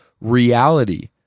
reality